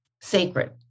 sacred